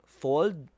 fold